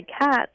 cats